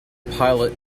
pilot